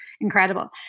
incredible